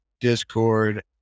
discord